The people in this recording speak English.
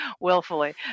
willfully